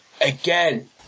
Again